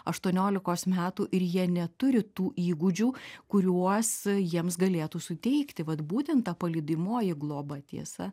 aštuoniolikos metų ir jie neturi tų įgūdžių kuriuos jiems galėtų suteikti vat būtent ta palydimoji globa tiesa